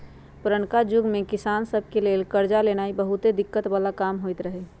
पुरनका जुग में किसान सभ के लेल करजा लेनाइ बहुते दिक्कत् बला काम होइत रहै